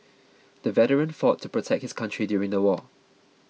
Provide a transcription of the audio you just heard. the veteran fought to protect his country during the war